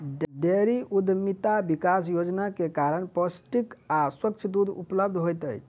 dairy उद्यमिता विकास योजना के कारण पौष्टिक आ स्वच्छ दूध उपलब्ध होइत अछि